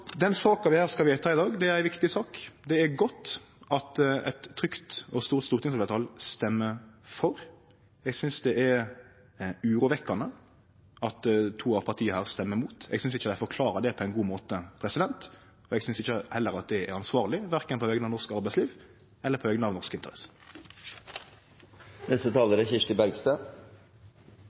Den saka vi skal vedta her i dag, er ei viktig sak. Det er godt at eit trygt og stort stortingsfleirtal røystar for. Eg synest det er urovekkjande at to av partia her røystar imot. Eg synest ikkje dei forklarer det på ein god måte, og eg synest heller ikkje det er ansvarleg verken på vegner av norsk arbeidsliv eller på vegner av norske interesser. I denne saken er